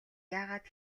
яагаад